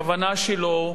הכוונה שלו,